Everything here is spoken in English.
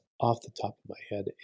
off-the-top-of-my-head